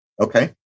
Okay